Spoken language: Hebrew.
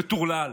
מטורלל,